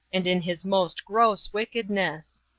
and in his most gross wickedness.